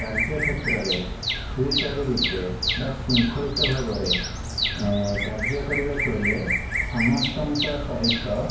କାର୍ଯ୍ୟକ୍ଷେତ୍ରରେ ସୁଚାରୁ ରୂପେ ବା ଶୃଙ୍ଖଳିତଭାବରେ ଏ କାର୍ଯ୍ୟ କରିବାକୁ ହେଲେ ସମସ୍ତଙ୍କ ସହିତ